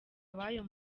abayo